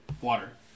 water